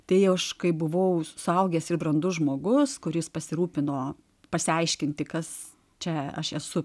tai aš kaip buvau suaugęs ir brandus žmogus kuris pasirūpino pasiaiškinti kas čia aš esu